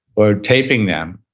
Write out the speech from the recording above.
or taping them